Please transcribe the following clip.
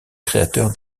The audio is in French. créateur